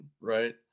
Right